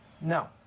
No